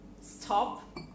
stop